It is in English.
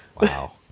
Wow